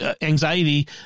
anxiety